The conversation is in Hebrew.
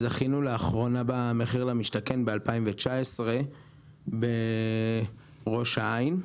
ב-2019 זכינו במחיר למשתכן בראש העין,